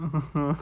(uh huh)